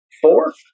Four